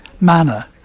manner